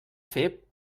fer